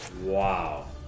Wow